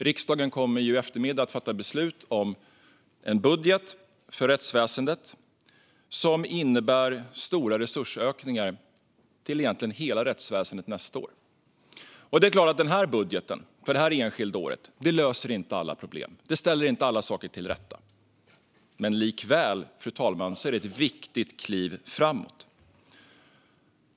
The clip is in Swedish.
Riksdagen kommer i eftermiddag att fatta beslut om en budget för rättsväsendet som innebär stora resursökningar till egentligen hela rättsväsendet nästa år. Det är klart att den här budgeten för det här enskilda året inte löser alla problem och inte ställer alla saker till rätta. Likväl är det ett viktigt kliv framåt, fru talman.